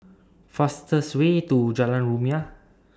fastest Way to Jalan Rumia